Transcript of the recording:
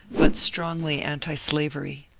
but strongly antislavery.